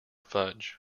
fudge